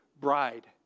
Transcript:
bride